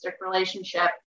relationship